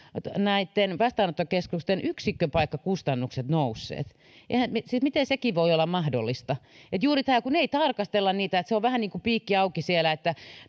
siellä ovat näitten vastaanottokeskusten yksikköpaikkakustannukset nousseet siis miten sekin voi olla mahdollista kun ei tarkastella niitä niin on vähän niin kuin piikki auki siellä että